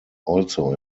also